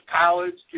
college